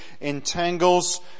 entangles